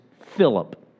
Philip